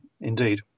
indeed